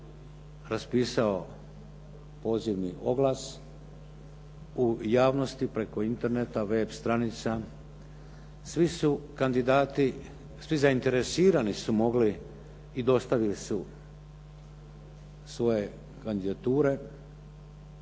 raspisao pozivni oglas u javnosti preko Interneta, web stranica. Svi su kandidati, svi zainteresirani su mogli i dostavili su svoje kandidature.